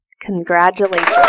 Congratulations